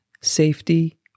safety